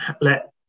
let